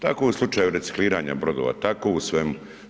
Tako u slučaju recikliranja brodova, kao u svemu.